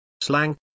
Slang